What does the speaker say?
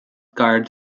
garde